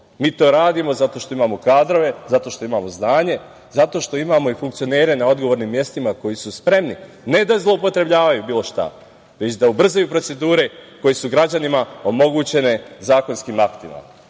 Mi to radimo zato što imamo kadrove, zato što imamo znanje, zato što imamo i funkcionere na odgovornim mestima koji su spremni ne da zloupotrebljavaju bilo šta, već da ubrzaju procedure koje su građanima omogućene zakonskim aktima. Upravo